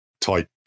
type